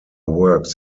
works